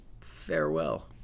farewell